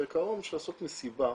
כעקרון בשביל לעשות מסיבה,